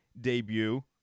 debut